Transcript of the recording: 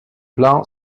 plan